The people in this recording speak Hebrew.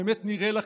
באמת נראה לכם?